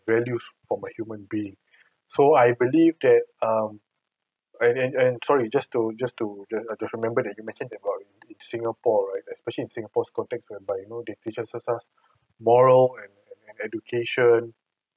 values from a human being so I believe that um and and and sorry just to just to just just remembered you mentioned about in singapore right especially in singapore's context whereby you know they teaches us moral and and education